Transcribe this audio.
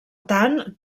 tant